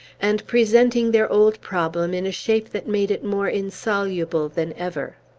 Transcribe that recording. and presenting their old problem in a shape that made it more insoluble than ever.